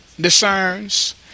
discerns